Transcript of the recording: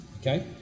okay